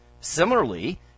Similarly